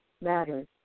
matters